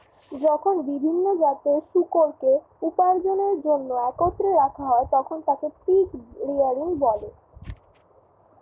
যখন বিভিন্ন জাতের শূকরকে উপার্জনের জন্য একত্রে রাখা হয়, তখন তাকে পিগ রেয়ারিং বলে